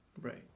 right